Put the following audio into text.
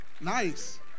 Nice